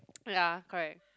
ya correct